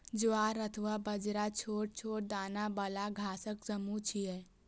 ज्वार अथवा बाजरा छोट छोट दाना बला घासक समूह छियै